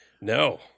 No